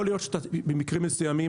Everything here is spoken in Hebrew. יכול להיות שבמקרים מסוימים,